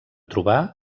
trobar